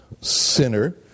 sinner